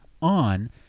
on